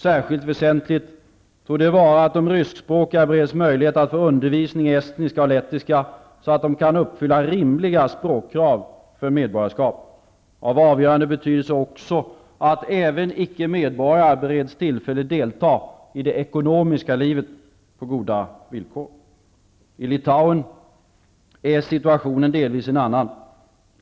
Särskilt väsentligt torde det vara att de ryskspråkiga bereds möjligheter att få undervisning i estniska och lettiska, så att de kan uppfylla rimliga språkkrav för medborgarskap. Av avgörande betydelse är det också att även icke-medborgare bereds tillfälle delta i det ekonomiska livet på goda villkor. I Litauen är situationen delvis en annan.